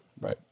Right